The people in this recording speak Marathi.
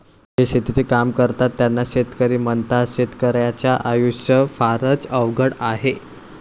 जे शेतीचे काम करतात त्यांना शेतकरी म्हणतात, शेतकर्याच्या आयुष्य फारच अवघड आहे